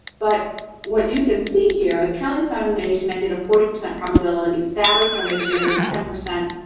but what you can see here, the kelly foundation, i did a forty percent probability. sally foundation, i did ten percent,